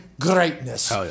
greatness